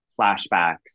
flashbacks